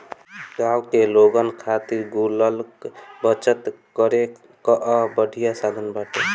गांव के लोगन खातिर गुल्लक बचत करे कअ बढ़िया साधन बाटे